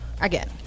again